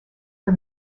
for